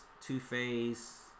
Two-Face